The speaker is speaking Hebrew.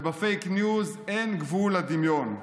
ובפייק ניוז אין גבול לדמיון.